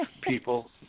people